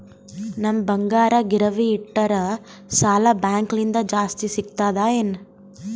ನಮ್ ಬಂಗಾರ ಗಿರವಿ ಇಟ್ಟರ ಸಾಲ ಬ್ಯಾಂಕ ಲಿಂದ ಜಾಸ್ತಿ ಸಿಗ್ತದಾ ಏನ್?